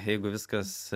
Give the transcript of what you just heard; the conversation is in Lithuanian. jeigu viskas